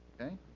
Okay